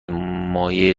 مایع